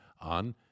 on